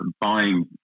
Buying